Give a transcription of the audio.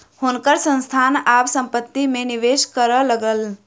हुनकर संस्थान आब संपत्ति में निवेश करय लागल